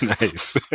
Nice